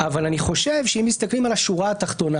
אבל אני חושב שאם מסתכלים על השורה התחתונה